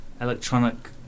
Electronic